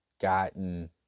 gotten